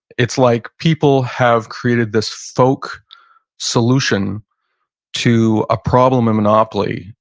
it's like people have created this folk solution to a problem in monopoly,